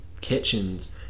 kitchens